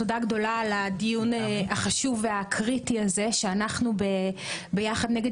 תודה גדולה על הדיון החשוב והקריטי הזה שאנחנו ב"יחד נגד